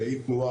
זה אי תנועה,